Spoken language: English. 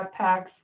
Backpacks